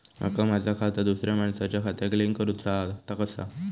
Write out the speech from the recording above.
माका माझा खाता दुसऱ्या मानसाच्या खात्याक लिंक करूचा हा ता कसा?